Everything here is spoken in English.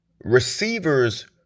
Receivers